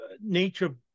nature